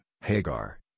Hagar